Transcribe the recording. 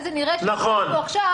אז זה נראה כאילו שאם תוסיפו עכשיו,